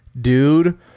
Dude